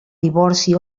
divorci